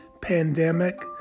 Pandemic